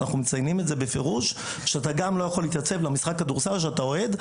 אתה גם לא יכול להתייצב למשחק הכדורסל שאתה אוהד,